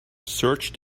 searched